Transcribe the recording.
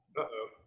Uh-oh